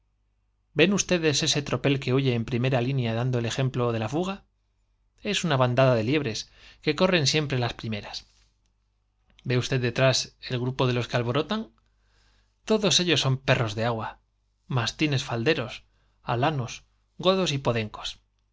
ven ustedes ese tropel que huye en primera línea dando el ejemplo de la fuga es una bandada de liebres que corren siempre las primeras ve usted detrás el grupo de los que alborotan todos ellos son perros de agua mastines falderos alanos godos y podencos